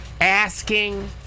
asking